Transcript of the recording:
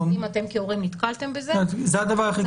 אז אם אתם כהורים נתקלתם בזה --- זה הדבר היחיד.